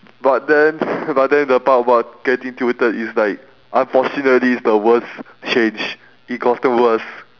but then but then the part about getting tilted is like unfortunately it's the worst change it gotten worst